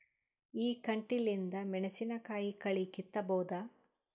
ಈ ಕಂಟಿಲಿಂದ ಮೆಣಸಿನಕಾಯಿ ಕಳಿ ಕಿತ್ತಬೋದ?